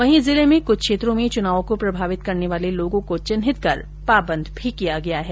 वहीं जिले में कुछ क्षेत्रों में चुनाव को प्रभावित करने वाले लोगों को चिन्हित कर पाबंद किया गया है